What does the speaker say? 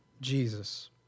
Jesus